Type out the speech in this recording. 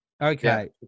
Okay